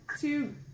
two